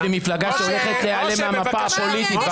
אתם מפלגה שהולכת להיעלם מהמפה הפוליטית,